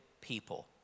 people